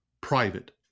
private